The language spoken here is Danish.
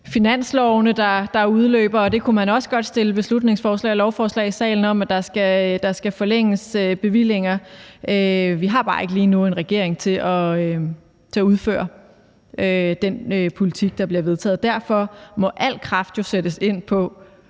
finanslovene, der udløber, og der kunne man også godt fremsætte beslutningsforslag og lovforslag i salen om, at der skal forlænges bevillinger. Vi har bare ikke lige nu en regering til at udføre den politik, der bliver vedtaget, og derfor må al kraft jo sættes ind på